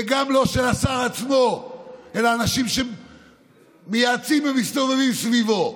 וגם לא של השר עצמו אלא של אנשים שמייעצים ומסתובבים סביבו.